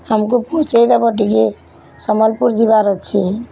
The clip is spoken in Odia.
ଆମକୁ ପହଞ୍ଚେଇଦେବ ଟିକେ ସମ୍ବଲପୁର ଯିବାର୍ ଅଛି